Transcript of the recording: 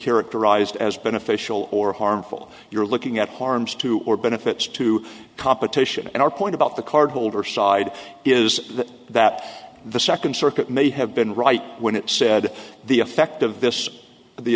characterized as beneficial or harmful you're looking at harms too or benefits to competition and our point about the cardholder side is that the second circuit may have been right when it said the effect of this